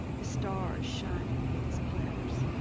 the stars shining big as platters.